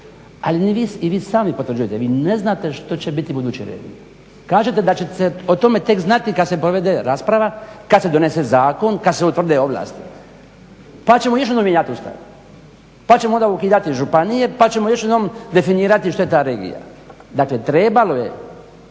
Ali i vi sami potvrđujete vi ne znate što će biti buduće regije. Kažete da će se o tome tek znati kad se provede rasprava, kad se donese zakon, kad se utvrde ovlasti. Pa ćemo još jednom mijenjati Ustav. Pa ćemo onda ukidati županije pa ćemo još jednom definirati što je to regija. Dakle, trebalo je